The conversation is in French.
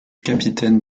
capitaine